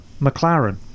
mclaren